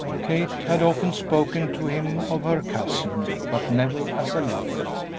kate had often spoken to him of her cousin, but never as a lover.